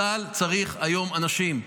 צה"ל צריך היום אנשים.